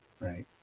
right